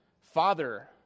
Father